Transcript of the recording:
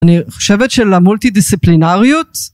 אני חושבת של המולטי דיסציפלינריות